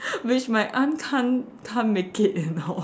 which my aunt can't can't make it you know